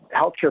healthcare